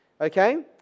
Okay